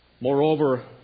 Moreover